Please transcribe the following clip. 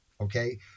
okay